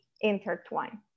intertwine